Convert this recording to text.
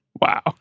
Wow